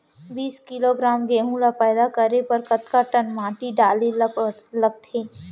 बीस किलोग्राम गेहूँ ल पैदा करे बर कतका टन पानी डाले ल लगथे?